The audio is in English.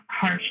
harsh